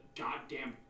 goddamn